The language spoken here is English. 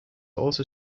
also